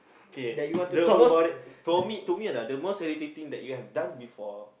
K the most to me to me lah the most irritating that you have done before